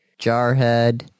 Jarhead